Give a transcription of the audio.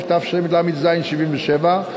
התשל"ז 1977,